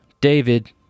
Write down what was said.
David